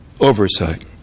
oversight